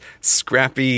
scrappy